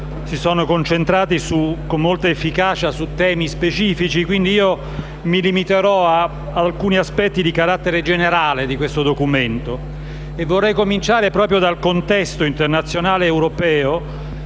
si sono concentrati con molta efficacia su temi specifici; quindi mi limiterò ad esaminare alcuni aspetti di carattere generale del documento in esame e vorrei cominciare proprio dal contesto internazionale ed europeo,